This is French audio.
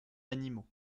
animaux